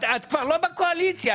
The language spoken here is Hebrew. את כבר לא בקואליציה.